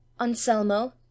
Anselmo